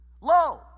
Lo